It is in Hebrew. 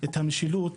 את המשילות,